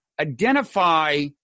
identify